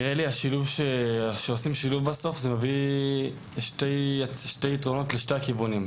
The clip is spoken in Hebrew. כשעושים שילוב זה מביא שני יתרונות לשני הכיוונים.